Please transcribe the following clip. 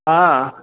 हा